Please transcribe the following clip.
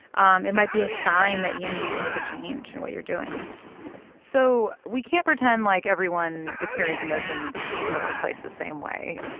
um it might be a sign that you need to make a change in and what you're doing so we can't pretend like everyone experience emotions in the workplace the same way.